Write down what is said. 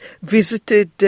visited